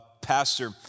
pastor